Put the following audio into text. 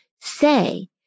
say